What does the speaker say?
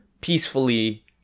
peacefully